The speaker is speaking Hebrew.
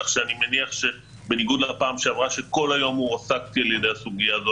כך שאני מניח שבניגוד לפעם שעברה שכל היום הועסקתי על ידי הסוגיה הזו,